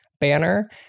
banner